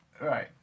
Right